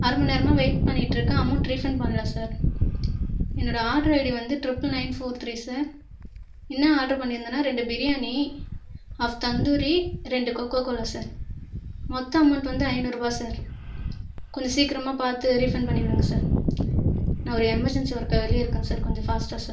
அரைமணி நேரமாக வெயிட் பண்ணிகிட்டு இருக்கேன் அமௌன்ட் ரீஃபண்ட் பண்ணலை சார் என்னோடய ஆர்டர் ஐடி வந்து triple nine four three sir என்ன ஆர்டர் பண்ணியிருந்தேன்னா இரண்டு பிரியாணி ஹாஃப் தந்தூரி இரண்டு கோகோகோலா சார் மொத்தம் அமௌன்ட் வந்து ஐநூறு ருபாய் சார் கொஞ்சம் சீக்கிரமாக பார்த்து ரீஃபண்ட் பண்ணிவிடுங்க சார் நான் ஒரு எமர்ஜென்சி ஒர்க்காக வெளியே இருக்கேன் சார் கொஞ்சம் ஃபாஸ்ட்டாக சார்